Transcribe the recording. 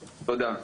תודה.